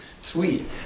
sweet